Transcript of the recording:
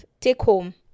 take-home